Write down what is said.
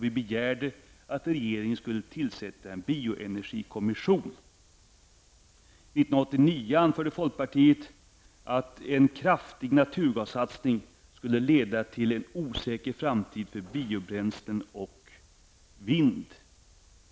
Vi begärde att regeringen skulle tillsätta en bioenergikommission. År 1989 anförde folkpartiet att en kraftig naturgassatsning skulle leda till en osäker framtid för biobränslen och vindkraft.